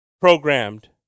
programmed